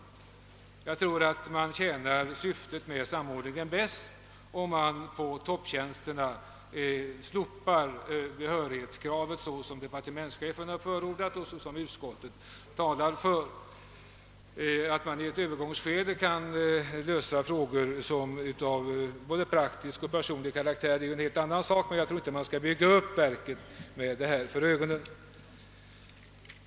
Jag tror att man tjänar syftet med samordningen bäst om man för topptjänsterna slopar behörighetskravet, vilket departementschefen har förordat och utskottet biträder. Att man i ett övergångsskede kan lösa frågor av både praktisk och personlig karaktär är en helt annan sak, men jag tror inte att man skall bygga upp verket med detta som målsättning.